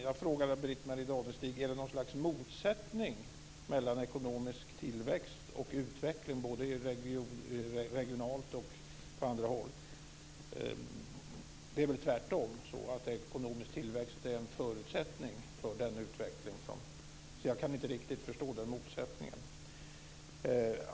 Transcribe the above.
Jag frågar Britt-Marie Danestig: Är det något slags motsättning mellan ekonomisk tillväxt och utveckling, både regionalt och på andra håll? Det är väl tvärtom så att ekonomisk tillväxt är en förutsättning för denna utveckling. Jag kan därför inte riktigt förstå den motsättningen.